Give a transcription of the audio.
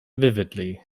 vividly